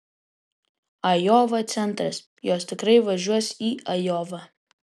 ajova centras jos tikrai važiuos į ajovą